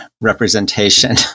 representation